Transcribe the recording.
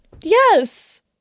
Yes